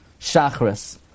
Shachris